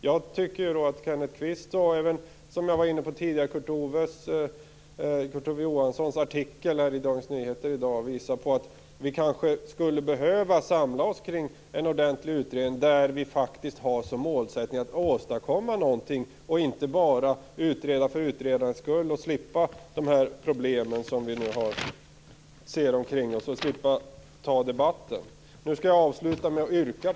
Jag tycker att det som Johansson säger i sin artikel i Dagens Nyheter i dag visar att vi kanske skulle behöva samla oss kring en ordentlig utredning där målsättningen är att faktiskt åstadkomma något, inte bara att utreda för utredandets skull; detta för att slippa de problem som vi nu ser runt omkring oss och för att slippa ta den debatten.